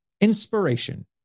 inspiration